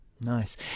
Nice